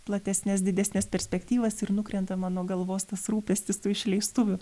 platesnes didesnes perspektyvas ir nukrenta man nuo galvos tas rūpestis tų išleistuvių